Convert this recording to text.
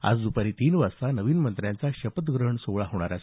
आज दपारी तीन वाजता नवीन मंत्र्यांचा शपथग्रहण सोहळा होणार आहे